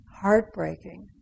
heartbreaking